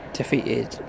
defeated